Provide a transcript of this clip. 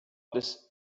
this